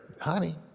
Honey